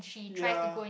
ya